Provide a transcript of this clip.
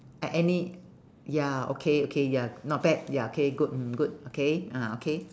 I any ya okay okay ya not bad ya K good mm good okay ah okay